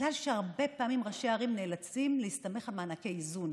בגלל שהרבה פעמים ראשי הערים נאלצים להסתמך על מענקי איזון,